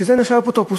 שזה נחשב אפוטרופוס,